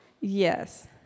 Yes